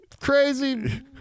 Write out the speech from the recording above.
crazy